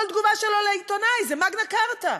כל תגובה שלו לעיתונאי זה "מגנה כרטה".